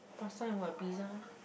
pasta and what pizza